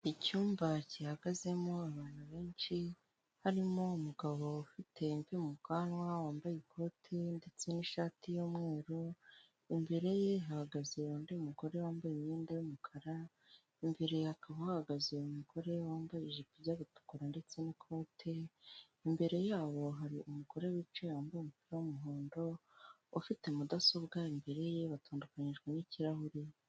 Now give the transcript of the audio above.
Icyumba gihagazemo abantu benshi, harimo umugabo ufite imvi mu bwanwa, wambaye ikoti, ndetse n'ishati y'umweru, imbere ye hahagaze undi mugore wambaye imyenda y'umukara, imbere hakaba hahagaze umugore wambaye ijipo ijya gutukura, ndetse n'ikote, imbere yabo hari umugore wicaye wambaye umupira w'umuhondo, ufite mudasobwa imbere ye, batandukanyijwe n'ikirahure.